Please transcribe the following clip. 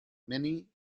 many